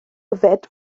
yfed